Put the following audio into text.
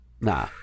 Nah